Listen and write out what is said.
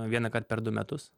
vienąkart per du metus